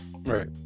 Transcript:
right